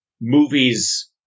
movies